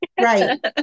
Right